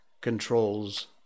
controls